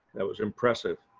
that was impressive.